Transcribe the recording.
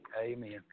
Amen